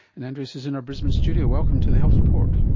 and andreas is in our brisbane studio. welcome to the health report.